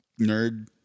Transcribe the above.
nerd